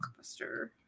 blockbuster